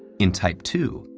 in type two,